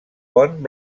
pont